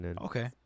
okay